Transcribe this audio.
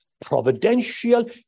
providential